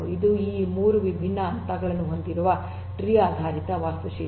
ಇದು ಈ ಮೂರು ವಿಭಿನ್ನ ಹಂತಗಳನ್ನು ಹೊಂದಿರುವ ಟ್ರೀ ಆಧಾರಿತ ವಾಸ್ತುಶಿಲ್ಪ